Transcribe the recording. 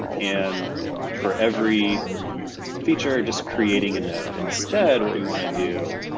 and for every feature, just creating a node. instead, what we wanna do